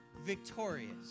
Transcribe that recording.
victorious